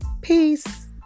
Peace